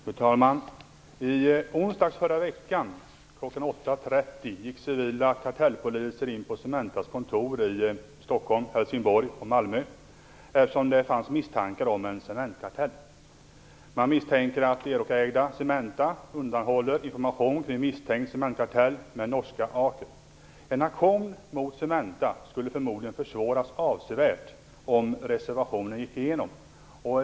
Fru talman! I onsdags förra veckan kl. 8.30 gick civila kartellpolisen in på Cementas kontor i Stockholm, Helsingborg och Malmö, eftersom det fanns misstankar om en cementkartell. Man misstänker att Eurocägda Cementa undanhåller information kring misstänkt cementkartell med norska Aken. En aktion mot Cementa skulle förmodligen försvåras avsevärt om reservationen gick igenom.